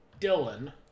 Dylan